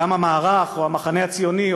גם המערך או המחנה הציוני,